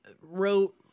wrote